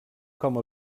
com